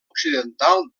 occidental